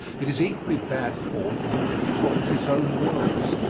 it is equally bad form for him to flaunt his own woes,